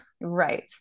Right